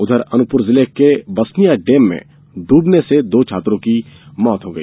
उधर अनूपपुर जिले के बसनिया डेम में डूबने से दो छात्रों की मौत हो गई